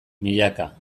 milaka